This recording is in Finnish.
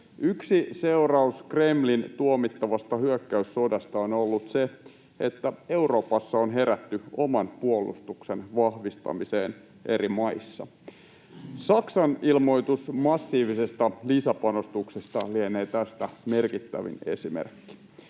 Yksi seuraus Kremlin tuomittavasta hyökkäyssodasta on ollut se, että Euroopassa on herätty oman puolustuksen vahvistamiseen eri maissa. Saksan ilmoitus massiivisesta lisäpanostuksesta lienee tästä merkittävin esimerkki.